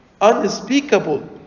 Unspeakable